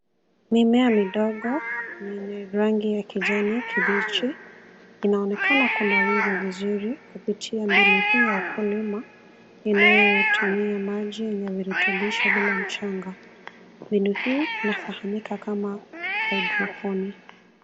Mimea midogo yenye rangi ya kijani kibichi inaonekana kunawiri vizuri kupitia mbinu hii ya ukulima inayotumia maji yenye virutubisho bila mchanga. Mbinu hii inafahamika kama hydroponic .